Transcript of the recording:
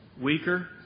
weaker